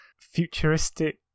Futuristic